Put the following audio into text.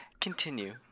Continue